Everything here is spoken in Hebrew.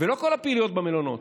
ולא כל הפעילויות במלונות,